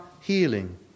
healing